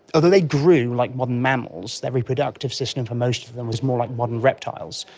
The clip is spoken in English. although they grew like modern mammals, their reproductive system for most of them was more like modern reptiles.